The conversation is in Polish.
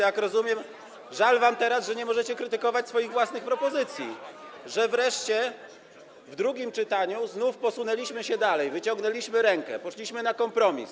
Jak rozumiem, żal wam teraz, że nie możecie krytykować swoich własnych propozycji, że wreszcie, w drugim czytaniu, znów posunęliśmy się dalej, wyciągnęliśmy rękę, poszliśmy na kompromis.